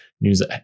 news